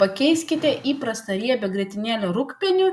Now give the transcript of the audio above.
pakeiskite įprastą riebią grietinėlę rūgpieniu